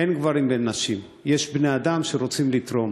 אין גברים ונשים, יש בני-אדם שרוצים לתרום.